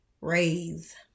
raise